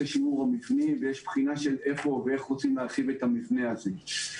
המבנים ויש בחינה איפה ואיך רוצים להרחיב את המבנה הזה.